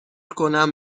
کنم